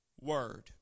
word